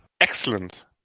Excellent